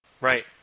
Right